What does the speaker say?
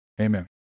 amen